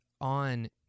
on